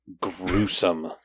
gruesome